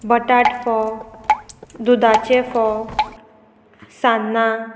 बटाट फोव दुदाचे फोव सान्नां